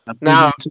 Now